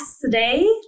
today